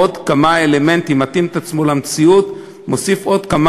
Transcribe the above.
מתאים את עצמו למציאות ומוסיף עוד כמה